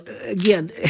again